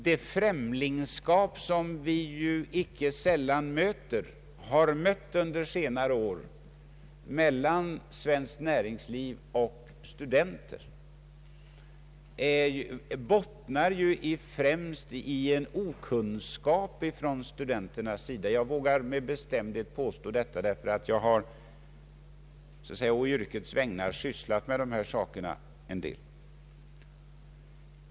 Det främlingskap som vi icke sällan har mött under senare år mellan svenskt näringsliv och studenter bottnar främst i en okunnighet från studenternas sida; jag vågar med bestämdhet påstå detta därför att jag på yrkets vägnar har sysslat en del med dessa saker.